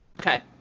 Okay